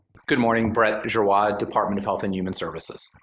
good morning. brett giroir, department of health and human services.